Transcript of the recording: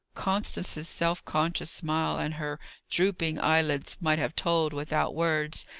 constance's self-conscious smile, and her drooping eyelids might have told, without words,